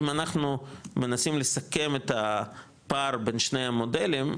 אם אנחנו מנסים לסכם את הפער בין שני המודלים,